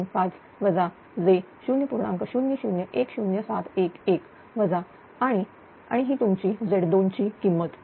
0010711 वजा आणि आणि ही तुमची Z2 ची किंमत